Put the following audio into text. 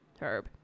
herb